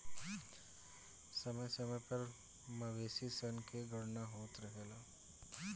समय समय पर मवेशी सन के गणना होत रहेला